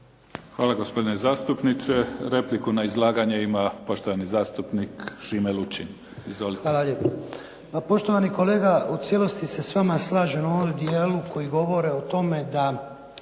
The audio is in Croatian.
Hvala, gospodine zastupniče. Repliku na izlaganje ima poštovani zastupnik Šime Lučin. Izvolite. **Lučin, Šime (SDP)** Hvala lijepa. Poštovani kolega, u cijelosti se s vama slažem u ovom dijelu koji govori o tome da